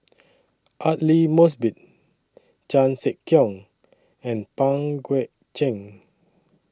Aidli Mosbit Chan Sek Keong and Pang Guek Cheng